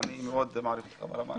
ואני מאוד מעריך אותך ברמה האישית.